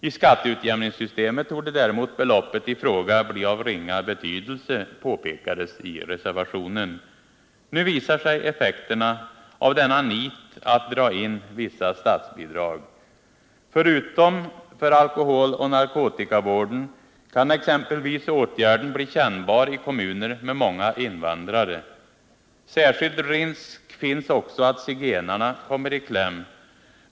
I skatteutjämningssystemet torde däremot beloppet i fråga bli av ringa betydelse, påpekades i reservationen. Nu visar sig effekterna av denna nit att dra in vissa statsbidrag. Förutom för alkoholoch narkotikavården kan exempelvis åtgärden bli kännbar i kommuner med många invandrare. Särskild risk finns också att zigenarna kommer i kläm.